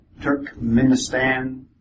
Turkmenistan